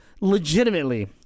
legitimately